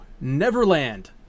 Neverland